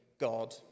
God